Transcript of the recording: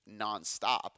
nonstop